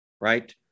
right